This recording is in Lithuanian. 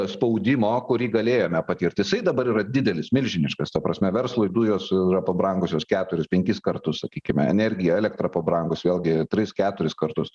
spaudimo kurį galėjome patirti jisai dabar yra didelis milžiniškas ta prasme verslui dujos yra pabrangusios keturis penkis kartus sakykime energija elektra pabrangus vėlgi tris keturis kartus